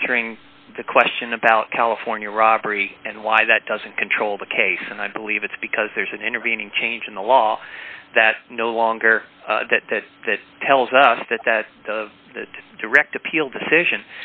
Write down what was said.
answering the question about california robbery and why that doesn't control the case and i believe it's because there's an intervening change in the law that no longer that that that tells us that that the direct appeal decision